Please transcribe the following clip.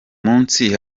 munsi